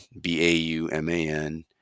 b-a-u-m-a-n